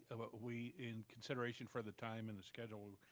so but we, in consideration for the time and the schedule,